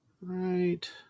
Right